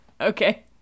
Okay